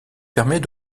permet